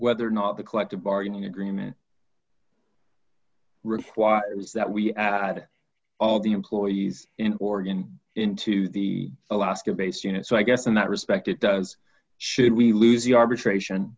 whether or not the collective bargaining agreement requires that we add all the employees in oregon into the alaska base unit so i guess in that respect it does should we lose the arbitration